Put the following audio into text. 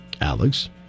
Alex